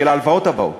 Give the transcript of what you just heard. של ההלוואות הבאות,